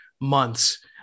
months